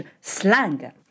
slang